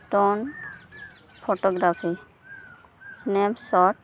stone photography snap short